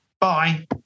Bye